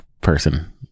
person